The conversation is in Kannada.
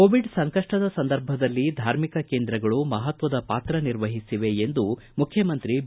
ಕೋವಿಡ್ ಸಂಕಪ್ಪದ ಸಂದರ್ಭದಲ್ಲಿ ಧಾರ್ಮಿಕ ಕೇಂದ್ರಗಳು ಮಹತ್ವದ ಪಾತ್ರ ನಿರ್ವಹಿಸಿವೆ ಎಂದು ಮುಖ್ಯಮಂತ್ರಿ ಬಿ